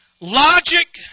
Logic